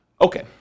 Okay